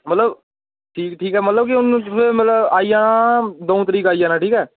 मतलब ठीक ठीक ऐ मतलब कि हून तुसें आई जाना द'ऊं तरीक आई जाना ठीक ऐ